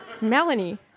Melanie